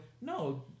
No